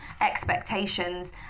expectations